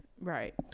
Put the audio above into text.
right